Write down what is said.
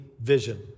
vision